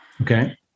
Okay